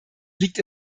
liegt